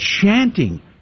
chanting